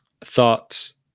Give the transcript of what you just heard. thoughts